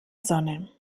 sonne